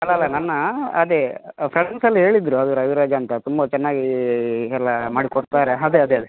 ಅಲ್ಲಾ ಅಲ್ಲಾ ನನ್ನ ಅದೇ ಫ್ರೆಂಡ್ಸ್ ಎಲ್ಲ ಹೇಳಿದರು ಅದು ರವಿರಾಜ್ ಅಂತ ತುಂಬ ಚೆನ್ನಾಗಿ ಎಲ್ಲ ಮಾಡಿ ಕೊಡ್ತಾರೆ ಅದೆ ಅದೆ ಅದೆ